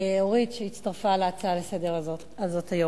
אורית שהצטרפה להצעה הזאת לסדר-היום,